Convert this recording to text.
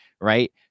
right